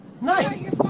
Nice